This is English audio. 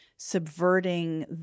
subverting